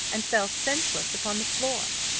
and fell senseless upon the floor.